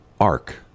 arc